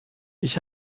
ich